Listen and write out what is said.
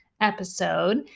episode